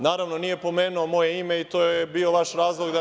Naravno, nije pomenuo moje ime i to je bio vaš razlog da mi…